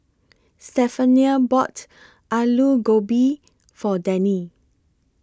Stephania bought Alu Gobi For Dennie